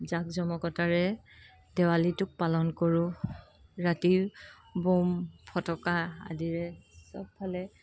জাক জমকতাৰে দেৱালীটো পালন কৰোঁ ৰাতিৰ ব'ম ফটকা আদিৰে চবফালে